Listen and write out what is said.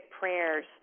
prayers